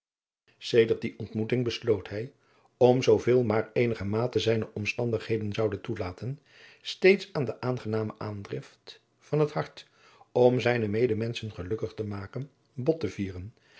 sedert die ontmoeting besloot hij om zooveel maar eenigermate zijne omstandigheden zouden toelaten steeds aan de aangename aandrift van het hart om zijne medemenschen gelukkig te maken bot te vieren